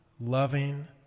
loving